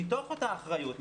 מתוך אותה אחריות,